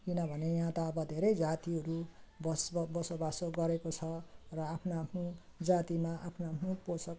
किनभने यहाँ त अब धेरै जातिहरू बस बसोबासो गरेको छ र आफ्नो आफ्नो जातिमा आफ्नो आफ्नो पोसाक